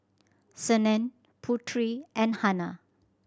Senin Putri and Hana